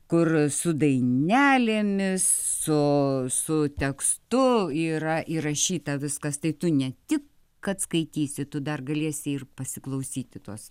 kur su dainelėmis su su tekstu yra įrašyta viskas tai tu ne tik kad skaitysi tu dar galėsi ir pasiklausyti tos